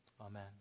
Amen